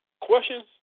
questions